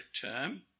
term